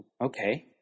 okay